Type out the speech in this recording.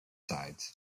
sides